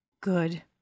good